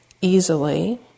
easily